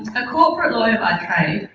a corporate lawyer by trade,